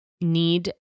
need